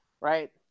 right